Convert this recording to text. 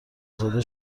زاده